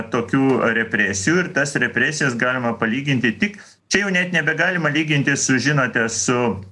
tokių represijų ir tas represijas galima palyginti tik čia jau net nebegalima lyginti su žinote su